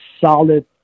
solid